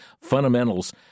fundamentals